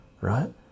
right